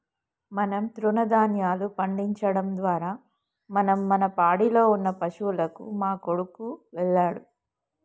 మనం తృణదాన్యాలు పండించడం ద్వారా మనం మన పాడిలో ఉన్న పశువులకు మా కొడుకు వెళ్ళాడు